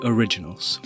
Originals